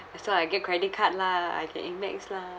that's why I get credit card lah I get Amex lah